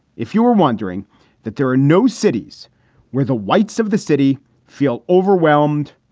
if you were wondering that there are no cities where the whites of the city feel overwhelmed,